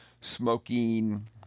smoking